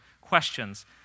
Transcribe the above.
questions